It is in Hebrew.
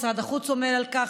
משרד החוץ עמל על כך,